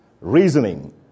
reasoning